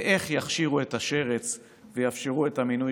באיך יכשירו את השרץ ויאפשרו את המינוי